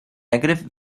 negative